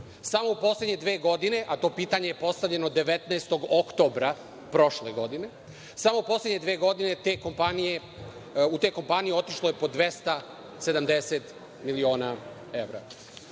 Samo u poslednje dve godine, a to pitanje je postavljeno 19. oktobra prošle godine, samo u poslednje dve godine u te kompanije otišlo je po 270 miliona